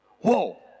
Whoa